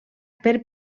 per